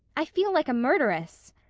i feel like a murderess.